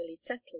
settled